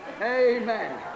Amen